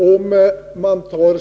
Herr talman!